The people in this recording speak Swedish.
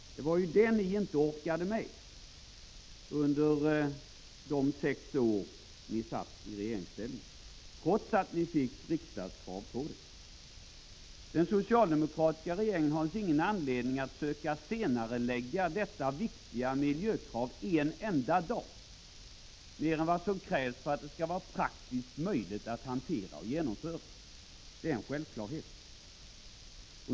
Det var den ni inte orkade med under de sex år ni satt i regeringsställning, trots att ni fick riksdagskrav på er. Den socialdemokratiska regeringen har alltså ingen anledning att söka senarelägga detta viktiga miljökrav en enda dag mer än vad som krävs för att det skall vara praktiskt möjligt att hantera och genomföra. Det är en självklarhet.